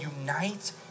unite